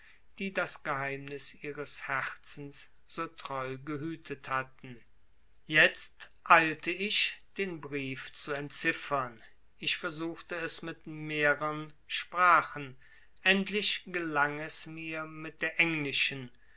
die das geheimnis ihres herzens so treu gehütet hatten jetzt eilte ich den brief zu entziffern ich versuchte es mit mehrern sprachen endlich gelang es mir mit der englischen